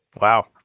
Wow